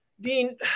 Dean